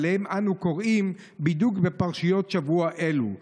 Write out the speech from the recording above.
שעליהם אנו קוראים בדיוק בפרשיות שבוע אלו,